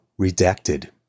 redacted